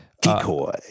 Decoy